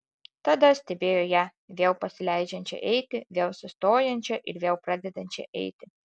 tada stebėjo ją vėl pasileidžiančią eiti vėl sustojančią ir vėl pradedančią eiti